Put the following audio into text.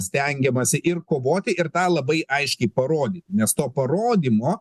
stengiamasi ir kovoti ir tą labai aiškiai parodyti nes to parodymo